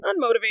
unmotivated